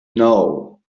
know